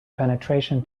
penetration